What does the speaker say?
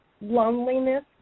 loneliness